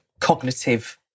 cognitive